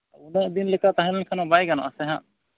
ᱩᱱᱟᱹᱜᱫᱤᱱ ᱞᱮᱠᱟ ᱛᱟᱦᱮᱸᱞᱮᱱ ᱠᱷᱟᱱ ᱢᱟ ᱵᱟᱭ ᱜᱟᱱᱚᱜᱼᱟ ᱥᱮ ᱦᱟᱸᱜ